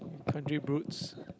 country